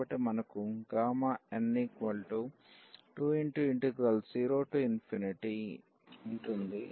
కాబట్టి మనకు n20y2n 1e y2dy ఉంటుంది